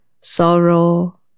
sorrow